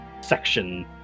section